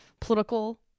political